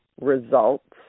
results